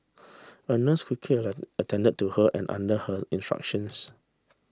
a nurse quickly attended to her and under her instructions